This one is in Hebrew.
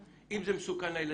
אם זה מסוכן לילדים,